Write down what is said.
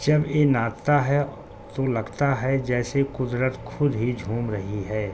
جب یہ نچتا ہے تو لگتا ہے جیسے قدرت خود ہی جھوم رہی ہے